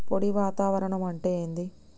పొడి వాతావరణం అంటే ఏంది?